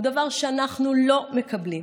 היא דבר שאנחנו לא מקבלים.